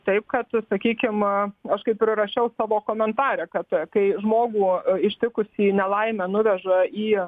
taip kad sakykim aš kaip ir rašiau savo komentare kad kai žmogų ištikusį nelaimę nuveža į